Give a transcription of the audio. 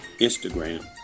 Instagram